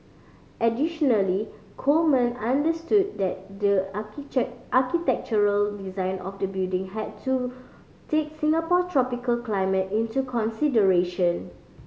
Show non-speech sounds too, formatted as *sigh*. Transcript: additionally Coleman understood that the *unintelligible* architectural design of the building had to take Singapore tropical climate into consideration